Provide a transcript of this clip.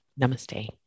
Namaste